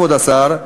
כבוד השר,